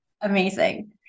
amazing